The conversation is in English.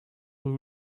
who